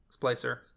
splicer